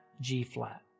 G-flat